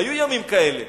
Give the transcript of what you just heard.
היו ימים כאלה,